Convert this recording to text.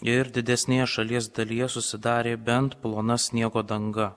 ir didesnėje šalies dalyje susidarė bent plona sniego danga